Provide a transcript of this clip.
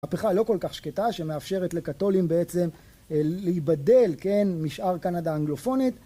מהפיכה לא כל כך שקטה שמאפשרת לקתולים בעצם להיבדל כן משאר קנדה האנגלופונית